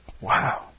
Wow